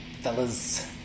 fellas